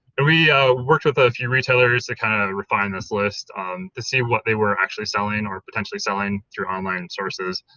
we worked with a few retailers to kind of refine this list to see what they were actually selling or potentially selling through online sources,